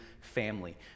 family